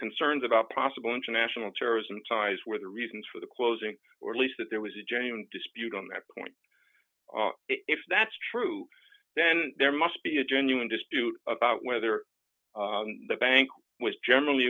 concerns about possible international terrorism ties were the reasons for the closing or at least that there was a genuine dispute on that point if that's true then there must be a genuine dispute about whether the bank was generally